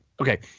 okay